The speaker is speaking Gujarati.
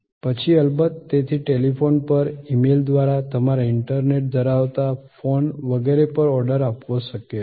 પછી અલબત્ત તેથી ટેલિફોન પર ઈમેલ દ્વારા તમારા ઈન્ટરનેટ ધરાવતા ફોન વગેરે પર ઓર્ડર આપવો શક્ય છે